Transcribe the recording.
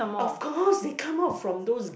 of course they come out from those